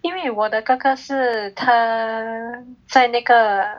因为我的哥哥是他在那个